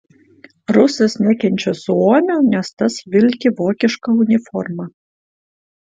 rusas nekenčia suomio nes tas vilki vokišką uniformą